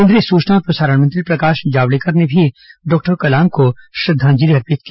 केंद्रीय सूचना और प्रसारण मंत्री प्रकाश जावड़ेकर ने भी डॉक्टर कलाम को श्रद्धाजंलि अर्पित की